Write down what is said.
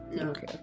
Okay